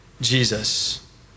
Jesus